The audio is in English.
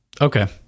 Okay